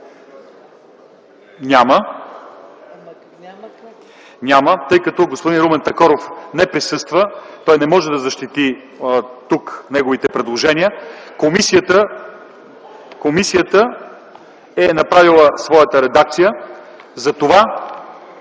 Няма. Тъй като господин Румен Такоров не присъства, той не може да защити тук своите предложения. Комисията е направила своята редакция...